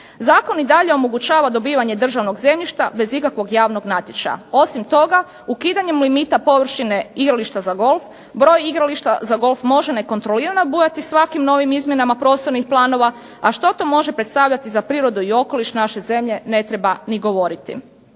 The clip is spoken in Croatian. Zakon i dalje omogućava dobivanje državnog zemljišta bez ikakvog javnog natječaja. Osim toga ukidanjem limita površine igrališta za golf, broj igrališta za golf može nekontrolirano bujati svakim novim izmjenama prostornih planova, a što to može predstavljati za prirodu i okoliš naše zemlje ne trebamo niti govoriti.